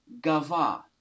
gava